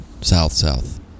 south-south